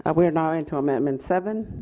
ah we are now into amendment seven.